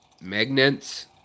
magnets